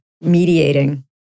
mediating